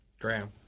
Graham